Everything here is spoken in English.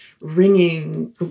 ringing